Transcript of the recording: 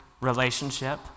relationship